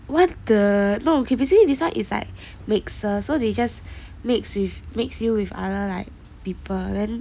what the okay basically this one is like mixer so they just mixed with mix you with other like people then